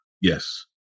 Yes